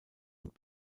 und